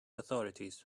authorities